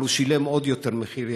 אבל הוא שילם מחיר עוד יותר יקר